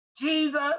Jesus